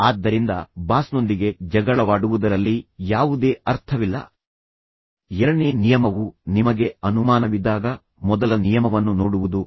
ಆದ್ದರಿಂದ ಬಾಸ್ನೊಂದಿಗೆ ಜಗಳವಾಡುವುದರಲ್ಲಿ ಯಾವುದೇ ಅರ್ಥವಿಲ್ಲ ಏಕೆಂದರೆ ಅವರು ಬಾಸ್ ಯಾವಾಗಲೂ ಸರಿ ಎಂದು ಹೇಳುತ್ತಾರೆ ಮತ್ತು ನಂತರ ಎರಡನೇ ನಿಯಮವು ನಿಮಗೆ ಅನುಮಾನವಿದ್ದಾಗ ನೀವು ಹೋಗಿ ಮೊದಲ ನಿಯಮವನ್ನು ನೋಡಿ ಎಂದು ಹೇಳುತ್ತದೆ